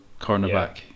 cornerback